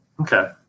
okay